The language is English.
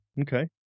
Okay